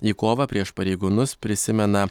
į kovą prieš pareigūnus prisimena